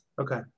Okay